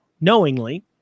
knowingly